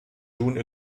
june